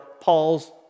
Paul's